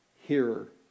hearer